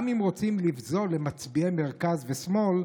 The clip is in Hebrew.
גם אם רוצים לפזול למצביעי מרכז ושמאל,